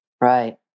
Right